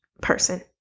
person